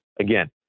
Again